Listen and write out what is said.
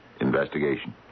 investigation